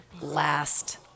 last